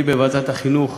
אני, בוועדת החינוך,